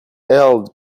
held